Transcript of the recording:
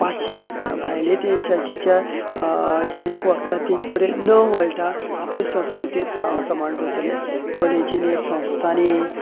पाश्चात्य भायले देशाचे ज्या जे लोक तांचे कडेन न वळटा आपले संस्कृतेचो समान दवरतले कॉलेजींनी संस्थांनी